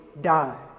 die